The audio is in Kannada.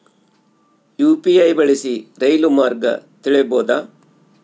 ಯು.ಪಿ.ಐ ಬಳಸಿ ರೈಲು ಮಾರ್ಗ ತಿಳೇಬೋದ?